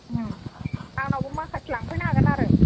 आंनावबो माखासे लांफैनो हागोन आरो